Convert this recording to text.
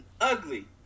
ugly